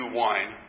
wine